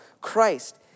Christ